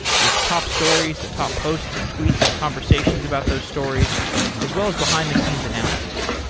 it's top stories, the top posts and tweets and conversations about those stories as well as behind-the-scenes analysis.